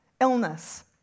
illness